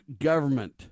government